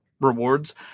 rewards